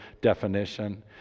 definition